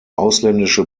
ausländische